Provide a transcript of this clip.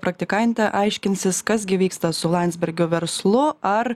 praktikantė aiškinsis kas gi vyksta su landsbergių verslu ar